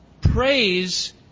Praise